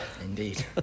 Indeed